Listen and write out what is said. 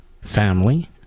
family